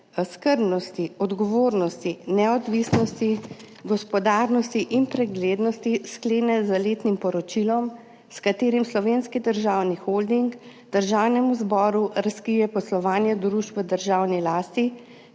skrbnosti, odgovornosti, neodvisnosti, gospodarnosti in preglednosti sklene z letnim poročilom, s katerim Slovenski državni holding Državnemu zboru razkrije poslovanje družb v državni lasti